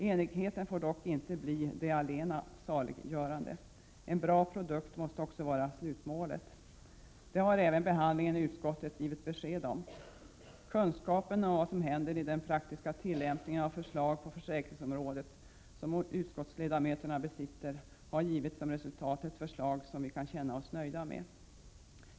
Enigheten får dock inte bli det allena saliggörande. Slutmålet måste också vara en bra produkt — det har även behandlingen i utskottet givit besked om. Den kunskap som utskottsledamöterna besitter om vad som händer i den praktiska tillämpningen av förslag på försäkringsområdet har resulterat i att vi har avgivit ett förslag som vi kan känna oss nöjda med.